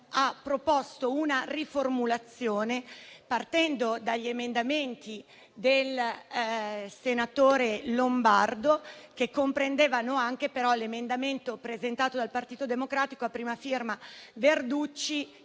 ha proposto una riformulazione, partendo dagli emendamenti del senatore Lombardo, che però comprendevano anche il testo presentato dal Partito Democratico a prima firma del